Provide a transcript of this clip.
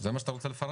זה מה שאתה רוצה לפרט?